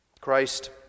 Christ